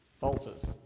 falters